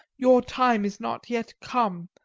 your time is not yet come.